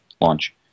launch